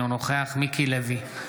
אינו נוכח מיקי לוי,